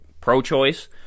pro-choice